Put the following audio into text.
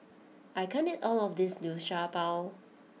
I can't eat all of this Liu Sha Bao